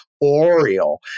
Oriole